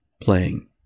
playing